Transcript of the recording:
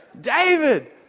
david